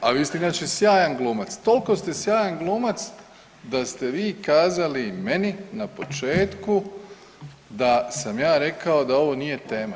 E, a vi ste inače sjajan glumac, toliko ste sjajan glumac da ste vi kazali meni na početku da sam ja rekao da ovo nije tema.